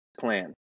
plan